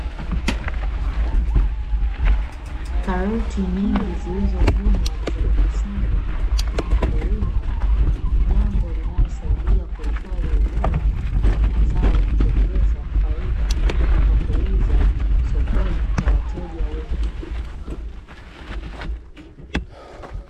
Karoti nyingi zilizovunwa zimekusanywa na mkulima, jambo linalisaidia kuhifadhi ubora wa mazao na kuongeza faida kwa kuuza sokoni kwa wateja wengi.